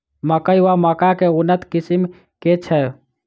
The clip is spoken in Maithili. मकई वा मक्का केँ उन्नत किसिम केँ छैय?